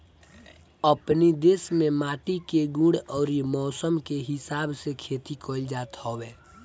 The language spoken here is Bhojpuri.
अपनी देस में माटी के गुण अउरी मौसम के हिसाब से खेती कइल जात हवे